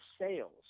sales